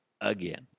again